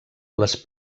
les